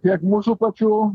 tiek mūsų pačių